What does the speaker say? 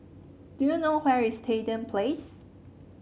do you know where is Stadium Place